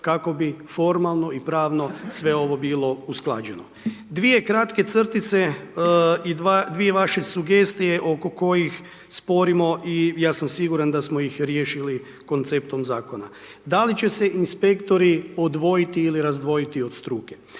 kako bi formalno i pravno sve ovo bilo usklađeno. Dvije kratke crtice i dvije vaše sugestije oko kojih sporimo i ja sam siguran da smo ih riješili konceptom Zakona. Da li će se inspektori odvojiti ili razdvojiti od struke?